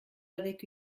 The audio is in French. avec